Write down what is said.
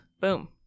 Boom